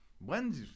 When's